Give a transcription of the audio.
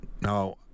Now